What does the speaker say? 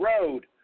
road